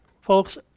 folks